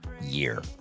year